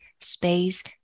space